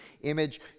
image